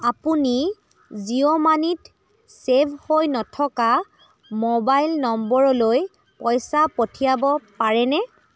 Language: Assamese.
আপুনি জিঅ' মানিত চে'ভ হৈ নথকা ম'বাইল নম্বৰলৈ পইচা পঠিয়াব পাৰেনে